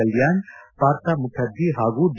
ಕಲ್ನಾಣ್ ಪಾರ್ಥ ಮುಖರ್ಜಿ ಪಾಗೂ ಡಿ